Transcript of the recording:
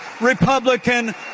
Republican